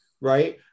right